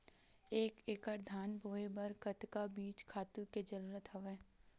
एक एकड़ धान बोय बर कतका बीज खातु के जरूरत हवय?